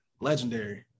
legendary